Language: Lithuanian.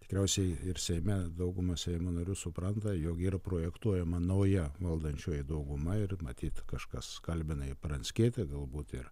tikriausiai ir seime dauguma seimo narių supranta jog yra projektuojama nauja valdančioji dauguma ir matyt kažkas kalbina i pranckietį galbūt ir